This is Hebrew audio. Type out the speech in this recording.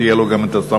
שתהיה לו גם הסמכות.